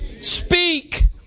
speak